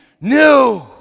new